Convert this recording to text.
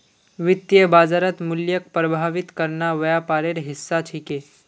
वित्तीय बाजारत मूल्यक प्रभावित करना व्यापारेर हिस्सा छिके